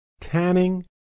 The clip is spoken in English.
Tanning